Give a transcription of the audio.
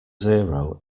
zero